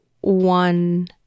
one